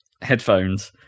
headphones